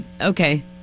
okay